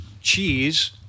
cheese